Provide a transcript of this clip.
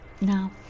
now